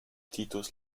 titus